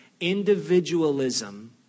individualism